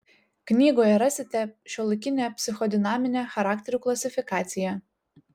knygoje rasite šiuolaikinę psichodinaminę charakterių klasifikaciją